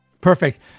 perfect